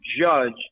judge